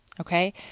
Okay